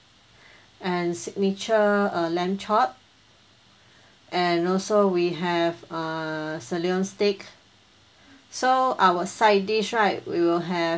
and signature uh lamb chop and also we have uh sirloin steak so our side dish right we will have